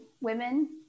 women